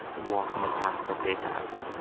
walk in the path that they have.